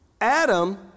Adam